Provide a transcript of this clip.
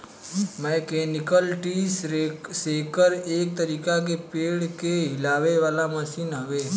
mechanical tree shaker एक तरीका के पेड़ के हिलावे वाला मशीन हवे